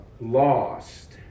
lost